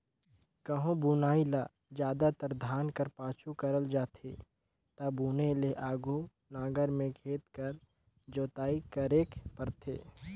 गहूँ बुनई ल जादातर धान कर पाछू करल जाथे ता बुने ले आघु नांगर में खेत कर जोताई करेक परथे